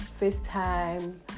FaceTime